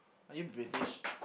are you British